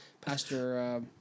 pastor